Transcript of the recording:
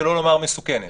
שלא לומר מסוכנת.